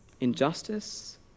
injustice